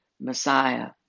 Messiah